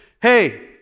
hey